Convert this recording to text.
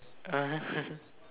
(uh huh)